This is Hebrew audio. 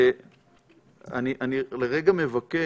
אני לרגע מבקש,